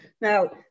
now